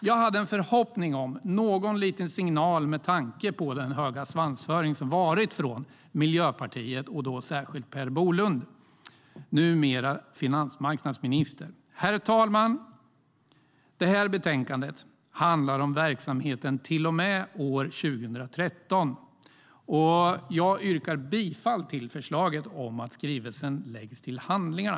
Jag hade en förhoppning om någon liten signal med tanke på den höga svansföring som Miljöpartiet har haft - då särskilt Per Bolund, numera finansmarknadsminister. Herr talman! Betänkandet handlar om verksamheten till och med år 2013. Jag yrkar bifall till förslaget att skrivelsen läggs till handlingarna.